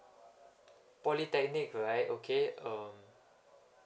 polytechnic right okay um